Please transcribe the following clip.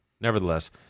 nevertheless